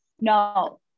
No